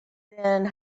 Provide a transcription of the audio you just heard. then